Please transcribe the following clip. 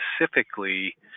specifically